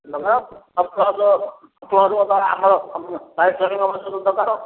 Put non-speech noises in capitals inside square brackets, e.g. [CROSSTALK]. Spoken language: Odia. [UNINTELLIGIBLE] ଦରକାର